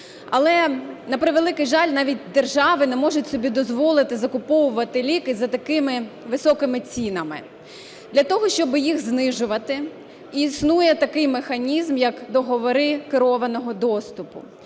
Але, на превеликий жаль, навіть держави не можуть собі дозволити закуповувати ліки за такими високими цінами. Для того, щоб їх знижувати, існує такий механізм як договори керованого доступу.